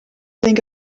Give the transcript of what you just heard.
think